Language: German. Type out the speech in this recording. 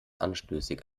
anstößig